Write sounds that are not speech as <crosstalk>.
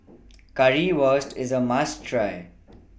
<noise> Currywurst IS A must Try <noise>